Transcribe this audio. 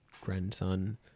grandson